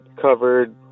covered